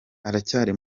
aracyari